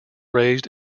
raised